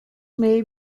may